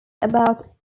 about